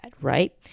right